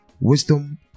wisdom